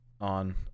on